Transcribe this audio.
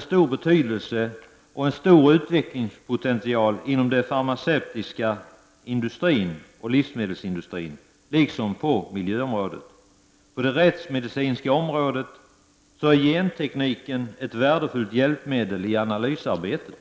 stor betydelse och en stor utvecklingspotential också inom den farmaceutiska industrin och inom livsmedelsindustrin liksom på miljöområdet. På det rättsmedicinska området är gentekniken ett värdefullt hjälpmedel i analysarbetet.